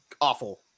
awful